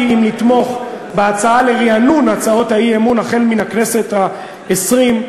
התלבטתי אם לתמוך בהצעה לרענון הצעות האי-אמון החל מן הכנסת העשרים,